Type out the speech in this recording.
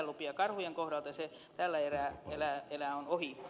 karhujen kohdalta se tällä erää on ohi